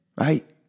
right